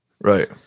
Right